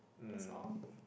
that's all